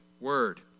word